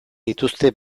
dituzte